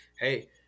hey